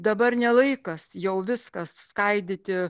dabar ne laikas jau viską skaidyti